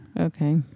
Okay